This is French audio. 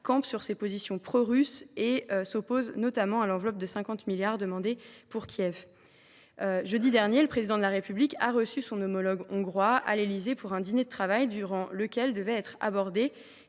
campe sur ses positions prorusses et s’oppose, notamment, à l’enveloppe de 50 milliards d’euros demandée pour Kiev. Jeudi dernier, le Président de la République a reçu le Premier ministre hongrois à l’Élysée pour un dîner de travail durant lequel devait être abordée